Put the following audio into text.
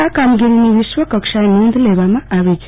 આ કામગીરીની વિશ્વકક્ષાએ નોંધ લેવામાં આવી છે